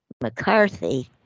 McCarthy